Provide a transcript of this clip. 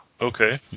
Okay